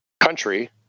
country